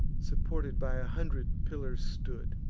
supported by a hundred pillars stood,